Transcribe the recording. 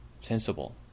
Sensible